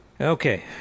okay